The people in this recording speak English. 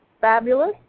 fabulous